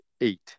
eight